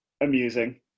amusing